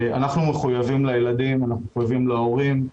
אנחנו מחויבים לילדים, אנחנו מחויבים להורים.